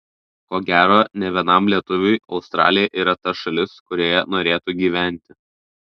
ko gero ne vienam lietuviui australija yra ta šalis kurioje norėtų gyventi